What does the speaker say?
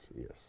yes